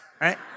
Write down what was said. right